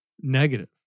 Negative